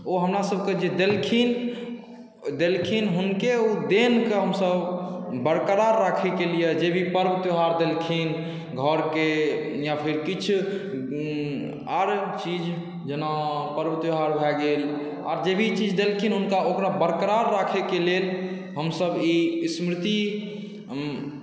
ओ हमरासबके जे देलखिन देलखिन हुनके ओ देनके हमसब बरकरार राखैकेलिए जे भी पर्व त्योहार देलखिन घरके या फिर किछु आओर चीज जेना पर्व त्योहार भऽ गेल आओर जे भी चीज देलखिन हुनका ओ बरकरार राखैके लेल हमसब ई स्मृति